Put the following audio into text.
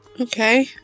Okay